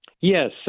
Yes